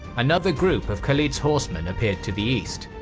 another group of khalid's horsemen appeared to the east.